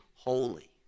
Holy